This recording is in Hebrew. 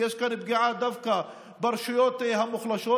שיש כאן דווקא פגיעה ברשויות המוחלשות,